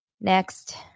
Next